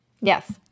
yes